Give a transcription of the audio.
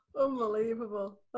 Unbelievable